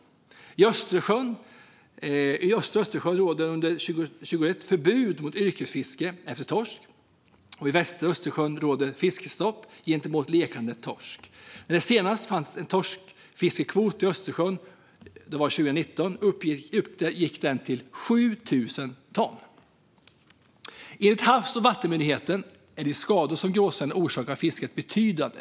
I östra Östersjön råder under 2021 förbud mot yrkesfiske efter torsk. I västra Östersjön råder fiskestopp gentemot lekande torsk. När det senast fanns en torskfiskekvot i Östersjön - det var 2019 - uppgick den till 7 000 ton. Enligt Havs och vattenmyndigheten är de skador som gråsälen orsakar fisket betydande.